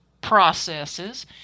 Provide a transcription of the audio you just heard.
processes